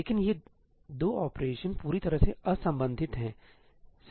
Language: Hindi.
लेकिन ये 2 ऑपरेशन पूरी तरह से असंबंधित हैं सही है